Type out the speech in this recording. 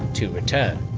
to return.